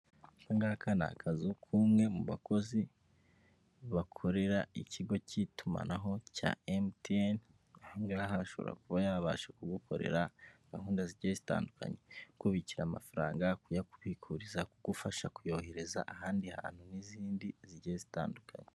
Aka ngaka ni akazu k'umwe mu bakozi bakorera ikigo cy'itumanaho cya MTN, aha ngaha ashobora kuba yabasha kugukorera gahunda zigiye zitandukanye: kubikira amafaranga, kuya kubikuririza, kugufasha kuyohereza ahandi hantu n'izindi zigiye zitandukanye.